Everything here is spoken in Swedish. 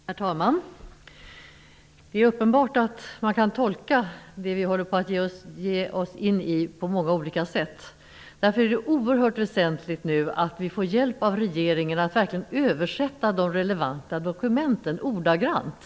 Herr talman! Det är uppenbart att man kan tolka det som vi håller på att ge oss in i på många olika sätt. Därför är det oerhört väsentligt att vi nu får hjälp av regeringen att översätta de relevanta dokumenten ordagrant.